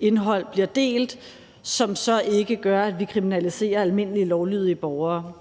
indhold bliver delt, og udboret, at det så ikke gør, at vi kriminaliserer almindelige lovlydige borgere?